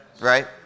right